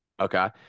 Okay